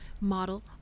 model